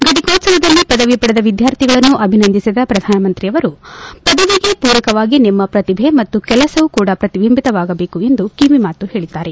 ಫಟಕೋತ್ಸವದಲ್ಲಿ ಪದವಿ ಪಡೆದ ವಿದ್ವಾರ್ಥಿಗಳನ್ನು ಅಭಿನಂದಿಸಿದ ಪ್ರಧಾನಮಂತ್ರಿಯವರು ಪದವಿಗೆ ಪೂರಕವಾಗಿ ನಿಮ್ಮ ಪ್ರತಿಭೆ ಮತ್ತು ಕೆಲಸವೂ ಕೂಡ ಪ್ರತಿಬಿಂಬಿತವಾಗಬೇಕು ಎಂದು ಕಿವಿಮಾತು ಹೇಳಿದ್ದಾರೆ